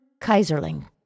Kaiserling